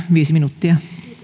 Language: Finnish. viisi minuuttia olkaa